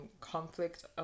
conflict